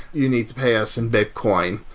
you need to pay us in bitcoin.